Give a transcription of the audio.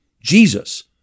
Jesus